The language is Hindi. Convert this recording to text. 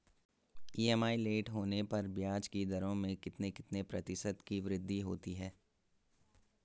ई.एम.आई लेट होने पर ब्याज की दरों में कितने कितने प्रतिशत की वृद्धि होती है?